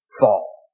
fall